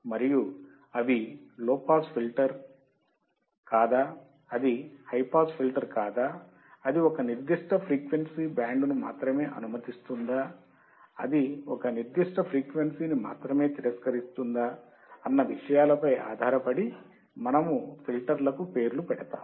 మరియు అవి low pass filter కాదా అది హై పాస్ ఫిల్టర్ కాదా అది ఒక నిర్దిష్ట ఫ్రీక్వెన్సీ బ్యాండ్ను మాత్రమే అనుమతిస్తుందా అది ఒక నిర్దిష్ట ఫ్రీక్వెన్సీ ని మాత్రమే తిరస్కరిస్తుందా అన్న విషయాల పై ఆధారపడి మనము ఫిల్టర్లకు పేర్లు పెడతాము